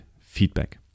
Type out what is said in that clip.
feedback